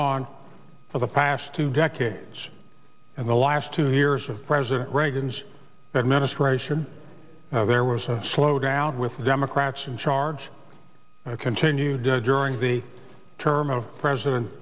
on for the past two decades and the last two years of president reagan's administration there was a slowdown with the democrats in charge i continued during the term of president